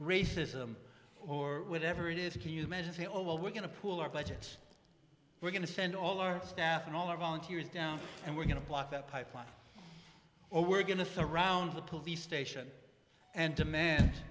racism or whatever it is can you imagine say oh well we're going to pool our budgets we're going to send all our staff and all our volunteers down and we're going to block that pipeline or we're going to surround the police station and demand